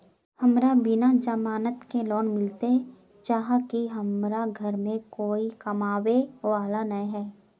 हमरा बिना जमानत के लोन मिलते चाँह की हमरा घर में कोई कमाबये वाला नय है?